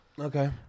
okay